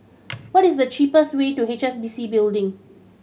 what is the cheapest way to H S B C Building